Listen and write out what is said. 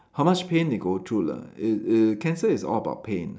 how much pain they go through lah err err cancer is all about pain